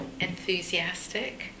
enthusiastic